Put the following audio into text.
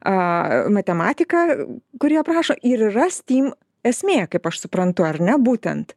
a matematika kuri aprašo ir yra stim esmė kaip aš suprantu ar ne būtent